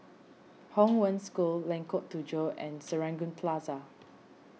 Hong Wen School Lengkok Tujoh and Serangoon Plaza